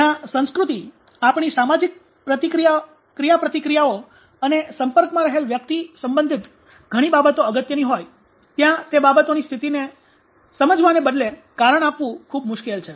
જ્યાં સંસ્કૃતિ આપણી સામાજિક ક્રિયાપ્રતિક્રિયાઓ અને સંપર્કમાં રહેલી વ્યક્તિ સંબંધિત ઘણી બાબતો અગત્યની હોય ત્યાં તે બાબતોની સ્થિતિને સમજવાને બદલે કારણ આપવું ખૂબ મુશ્કેલ છે